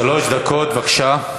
שלוש דקות, בבקשה.